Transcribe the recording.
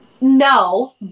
No